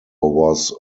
was